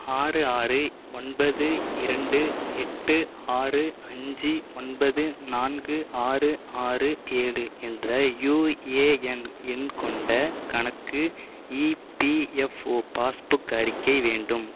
ஆறு ஆறு ஒன்பது இரண்டு எட்டு ஆறு அஞ்சு ஒன்பது நான்கு ஆறு ஆறு ஏழு என்ற யூஏஎன் எண் கொண்ட கணக்கு இபிஎஃப்ஓ பாஸ்புக் அறிக்கை வேண்டும்